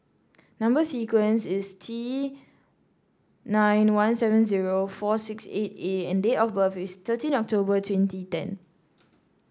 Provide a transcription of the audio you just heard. number sequence is T nine one seven zero four six eight A and date of birth is thirteen October twenty ten